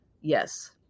Yes